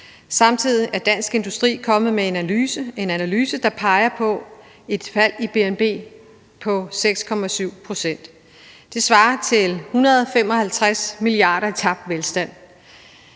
Samtidig er Dansk Industri kommet med en analyse, der peger på et fald i bnp på 6,7 pct. Det svarer til 155 mia. kr. i tabt velstand.